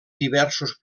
diversos